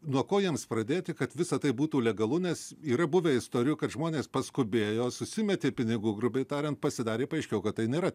nuo ko jiems pradėti kad visa tai būtų legalu nes yra buvę istorijų kad žmonės paskubėjo susimetė pinigų grubiai tariant pasidarė paaiškėjo kad tai nėra